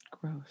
Gross